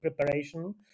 Preparation